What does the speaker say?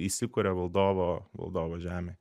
įsikuria valdovo valdovo žemėj